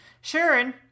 Sharon